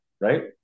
Right